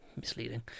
misleading